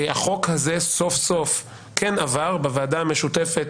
החוק הזה סוף סוף כן עבר בוועדה המשותפת